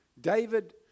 David